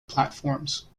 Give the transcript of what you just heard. platforms